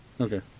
Okay